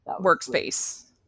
workspace